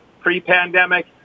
pre-pandemic